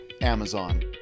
Amazon